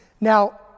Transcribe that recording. Now